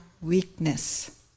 weakness